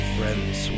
Friends